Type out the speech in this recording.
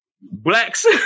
blacks